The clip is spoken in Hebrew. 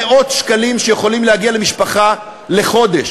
מדובר בסכומים שיכולים להגיע למאות שקלים למשפחה לחודש.